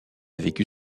vécu